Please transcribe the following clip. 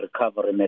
recovery